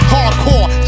Hardcore